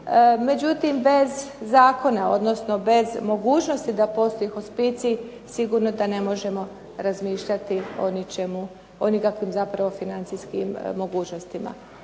Međutim, bez zakona odnosno bez mogućnosti da postoji hospicij sigurno da ne možemo razmišljati o ničemu, o nikakvim zapravo financijskim mogućnostima.